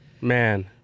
Man